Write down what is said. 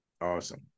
Awesome